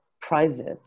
private